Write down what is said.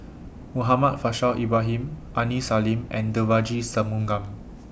Muhammad Faishal Ibrahim Aini Salim and Devagi Sanmugam